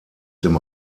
dem